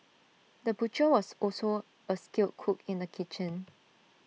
the butcher was also A skilled cook in the kitchen